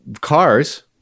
cars